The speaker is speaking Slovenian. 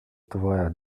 tvoja